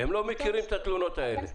הם לא מכירים את התלונות האלה.